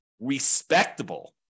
respectable